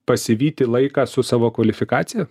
pasivyti laiką su savo kvalifikacija